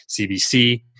CBC